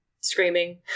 screaming